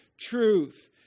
truth